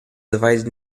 divided